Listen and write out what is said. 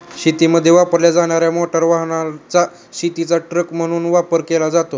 शेतीमध्ये वापरल्या जाणार्या मोटार वाहनाचा शेतीचा ट्रक म्हणून वापर केला जातो